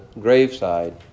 graveside